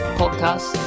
podcast